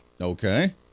Okay